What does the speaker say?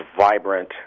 vibrant